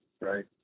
Right